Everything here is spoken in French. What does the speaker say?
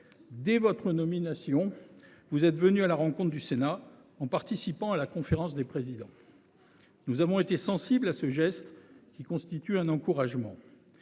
Dès votre nomination, vous êtes venu à la rencontre du Sénat, en participant à la conférence des présidents. Nous avons été sensibles à ce geste, qui constitue un encouragement.